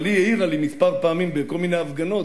אבל היא העירה לי כמה פעמים בכל מיני הפגנות,